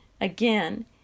again